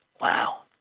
Wow